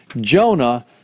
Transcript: Jonah